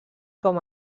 com